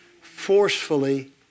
forcefully